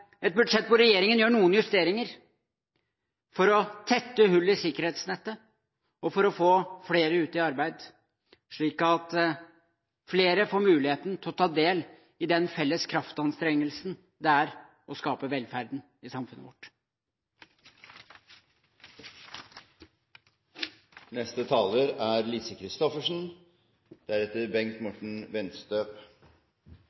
et budsjett hvor regjeringen gjør noen justeringer for å tette hull i sikkerhetsnettet, og for å få flere ut i arbeid, slik at flere får muligheten til å ta del i den felles kraftanstrengelsen det er å skape velferden i samfunnet